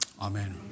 Amen